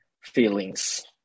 feelings